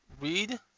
read